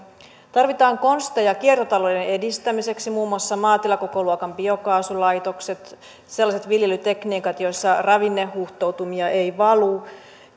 tarvitaan konsteja kiertotalouden edistämiseksi muun muassa maatilakokoluokan biokaasulaitokset sellaiset viljelytekniikat joissa ravinnehuuhtoutumia ei valu